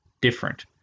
different